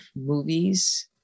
movies